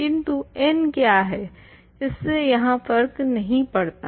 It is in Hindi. किन्तु n क्या है इससे यहाँ फर्क नहीं पड़ता